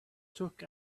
took